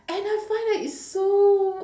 and I find that it's so